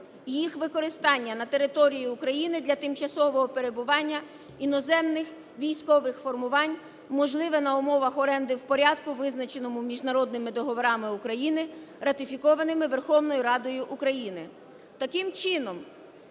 їх використання на території України для тимчасового перебування іноземних військових формувань можливе на умовах оренди в порядку, визначеному міжнародними договорами України, ратифікованими Верховною Радою України.